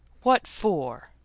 what for?